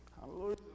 Hallelujah